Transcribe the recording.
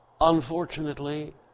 Unfortunately